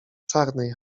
czarnej